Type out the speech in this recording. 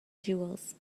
jewels